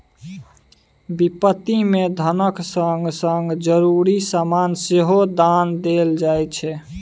बिपत्ति मे धनक संग संग जरुरी समान सेहो दान देल जाइ छै